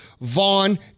Vaughn